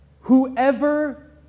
Whoever